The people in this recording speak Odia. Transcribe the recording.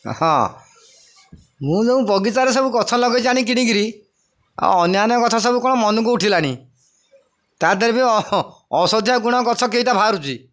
ହଁ ମୁଁ ଯେଉଁ ବଗିଚାରେ ସବୁ ଗଛ ଲଗାଇଛି ଆଣି କିଣିକରି ଆଉ ଅନ୍ୟାନ୍ୟ ଗଛ ସବୁ କ'ଣ ମନକୁ ଉଠିଲାଣି ତା ଦେହ ବି ଔଷଧି ଗୁଣ ଗଛ କେଇଟା ବାହାରୁଛି